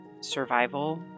survival